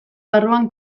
barruan